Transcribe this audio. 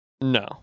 no